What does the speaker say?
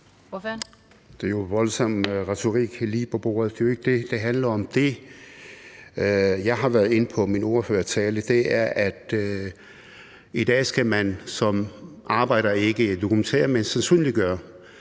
Det er jo en voldsom retorik: lig på bordet. Det er jo ikke det, det handler om. Det, jeg har været inde på i min ordførertale, er, at i dag skal man som arbejder ikke dokumentere, men sandsynliggøre.